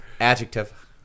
adjective